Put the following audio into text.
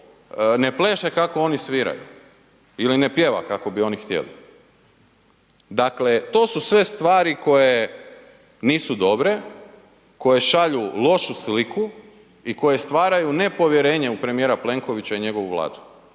ne pleše kako oni sviraju ili ne pjeva kako bi oni htjeli. Dakle to su sve stvari koje nisu dobre, koje šalju lošu sliku i koje stvaraju nepovjerenje u premijera Plenkovića i njegovu Vladu